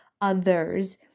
others